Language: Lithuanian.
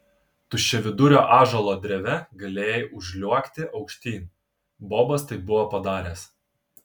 tuščiavidurio ąžuolo dreve galėjai užsliuogti aukštyn bobas tai buvo padaręs